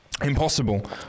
Impossible